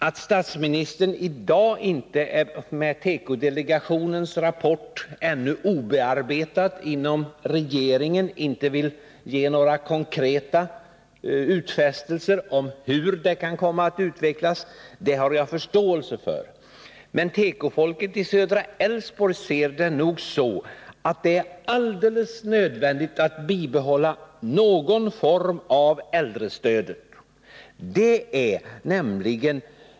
Att statsministern i dag — med tekodelegationens rapport ännu obearbetad inom regeringen — inte vill göra några konkreta utfästelser om hur det kan komma att utvecklas har jag förståelse för. Men tekofolket i Södra Älvsborg ser det nog så att det är alldeles nödvändigt att bibehålla någon form av äldrestödet.